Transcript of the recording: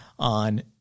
on